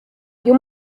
you